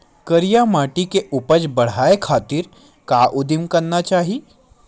करिया माटी के उपज बढ़ाये खातिर का उदिम करना चाही?